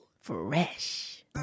Fresh